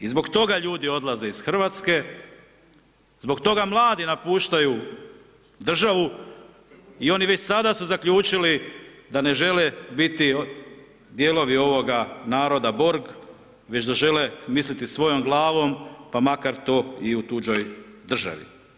I zbog toga ljudi odlaze iz Hrvatske, zbog toga mladi napuštaju državu i oni već sada su zaključili da ne žele biti dijelovi ovoga naroda Borg, već da žele misliti svojom glavom pa makar to i u tuđoj državi.